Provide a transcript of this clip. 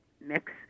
mix